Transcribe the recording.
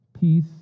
Peace